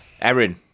Erin